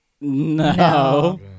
No